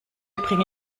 bringe